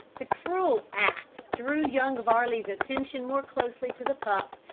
the cruel act drew young varley's attention more closely to the pup,